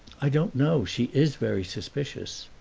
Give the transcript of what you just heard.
i don't know she is very suspicious.